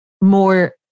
more